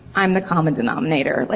i'm the common denominator. like